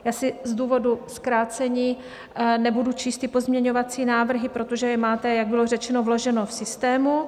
Já z důvodu zkrácení nebudu číst ty pozměňovací návrhy, protože je máte, jak bylo řečeno, vloženy v systému.